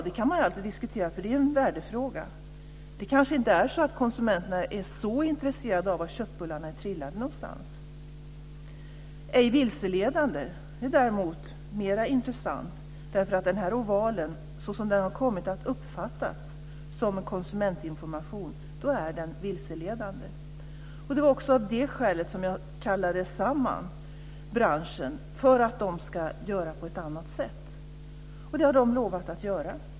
Det kan man alltid diskutera. Det är en värdefråga. Det kanske inte är så att konsumenterna är så intresserade av var köttbullarna är trillade någonstans. Däremot är det mer intressant med ej vilseledande. Den här ovalen, såsom den har kommit att uppfattas som konsumentinformation, är vilseledande. Det var också av det skälet som jag kallade samman branschen för att den ska göra på ett annat sätt. Det har den lovat att göra.